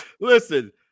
Listen